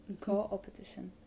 Co-opetition